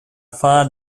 far